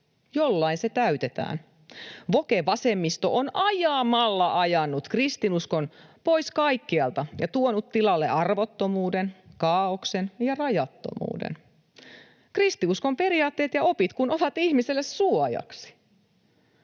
jollain se täytetään. Woke-vasemmisto on ajamalla ajanut kristinuskon pois kaikkialta ja tuonut tilalle arvottomuuden, kaaoksen ja rajattomuuden — kristinuskon periaatteet ja opit kun ovat ihmiselle suojaksi.